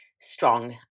strong